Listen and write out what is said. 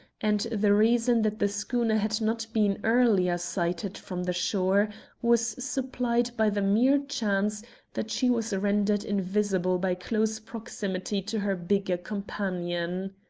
and the reason that the schooner had not been earlier sighted from the shore was supplied by the mere chance that she was rendered invisible by close proximity to her bigger companion.